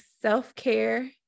self-care